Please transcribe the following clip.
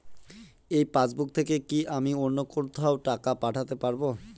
এই পাসবুক থেকে কি আমি অন্য কোথাও টাকা পাঠাতে পারব?